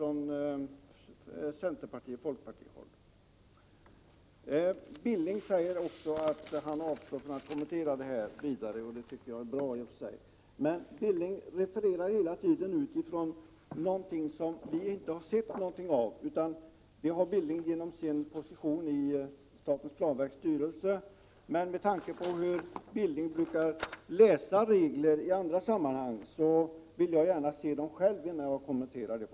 Knut Billing säger att han avstår från vidare kommentarer — det tycker jag — Prot. 1987/88:32 är bra i och för sig. Knut Billing refererar hela tiden till någonting som vi inte 26 november 1987 har sett, vilket däremot Knut Billing har gjort genom sin position i statens = Hj jag ooo planverks styrelse. Med tanke på hur Knut Billing i andra sammanhang brukar läsa regler vill jag dock gärna själv se handlingarna innan jag på något sätt kommenterar dem.